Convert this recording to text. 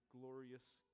glorious